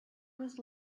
was